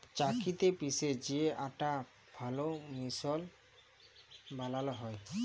চাক্কিতে পিসে যে আটা ভাল মসৃল বালাল হ্যয়